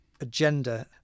agenda